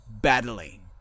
battling